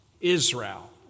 Israel